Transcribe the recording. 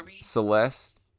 Celeste